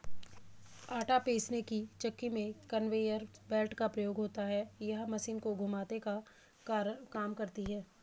आटा पीसने की चक्की में कन्वेयर बेल्ट का प्रयोग होता है यह मशीन को घुमाने का काम करती है